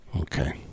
Okay